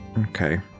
Okay